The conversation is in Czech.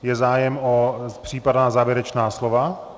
Je zájem o případná závěrečná slova?